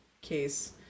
case